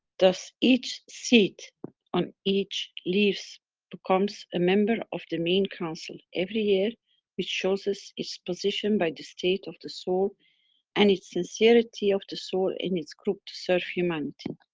thus each seat on each leaves becomes a member of the main council every year which chooses its position by the state of the soul and its sincerity of the soul in its group to serve humanity.